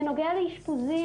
בנוגע לאישפוזים,